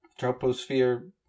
troposphere